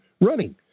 running